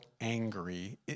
angry